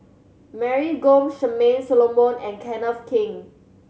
Mary Gomes Charmaine Solomon and Kenneth Keng